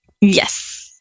Yes